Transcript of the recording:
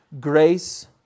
grace